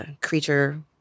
creature